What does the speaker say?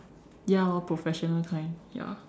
ya lor professional kind ya